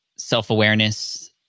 self-awareness